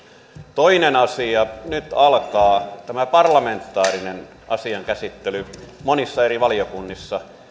toinen asia nyt alkaa tämä parlamentaarinen asian käsittely monissa eri valiokunnissa